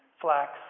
flax